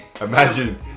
Imagine